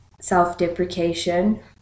self-deprecation